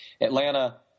Atlanta